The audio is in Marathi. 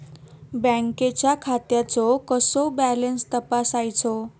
बँकेच्या खात्याचो कसो बॅलन्स तपासायचो?